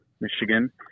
Michigan